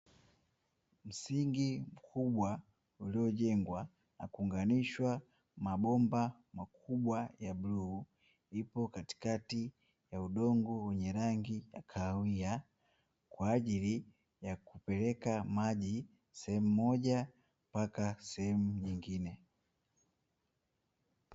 Msingi mkubwa uliojengwa kwa kuunganishwa mabomba makubwa ya bluu, ipo katikati ya udongo wa rangi ya kahawia kwa ajili ya kupeleka maji sehemu moja mpaka sehemu nyingine.